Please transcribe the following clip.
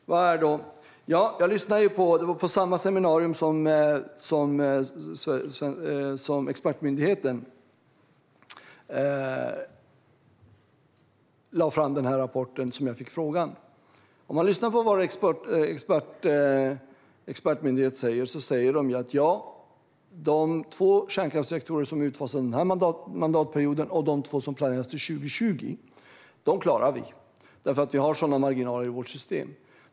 Det var på det seminarium där expertmyndigheten lade fram rapporten som jag fick frågan. Om man lyssnar på våra expertmyndigheter hör man att de säger: Ja, de två kärnkraftsreaktorer som är utfasade under den här mandatperioden och de två som planeras till 2020 klarar vi, för vi har sådana marginaler i vårt system.